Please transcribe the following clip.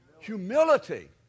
humility